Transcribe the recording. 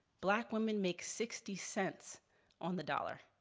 black women make sixty cents on the dollar,